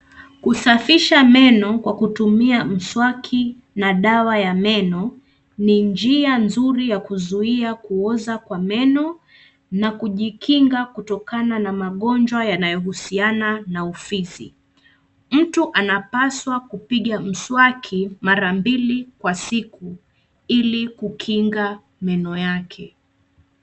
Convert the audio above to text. Kusafisha meno kwa kutumia mswaki na dawa ya meno, ni njia nzuri ya kuzuia kuoza kwa meno, na kujikinga kutokana na magonjwa yanayohusiana na ufizi. Mtu anapaswa kupiga mswaki mara mbili kwa siku, ili kukinga meno yake.